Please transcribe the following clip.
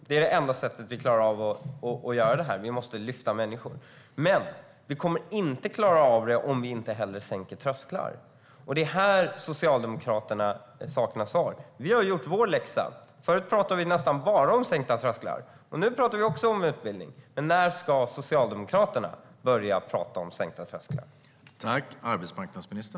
Det är det enda sättet vi klarar av att göra detta på. Vi måste lyfta människor. Men vi kommer inte att klara av det om vi inte också sänker trösklar, och här saknar Socialdemokraterna svar. Vi har gjort vår läxa. Förr pratade vi nästan bara om sänkta trösklar, men nu talar vi också om utbildning. Men när ska Socialdemokraterna börja tala om sänkta trösklar?